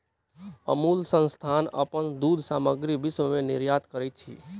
अमूल संस्थान अपन दूध सामग्री विश्व में निर्यात करैत अछि